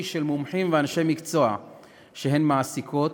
של מומחים ואנשי מקצוע שהן מעסיקות